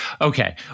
Okay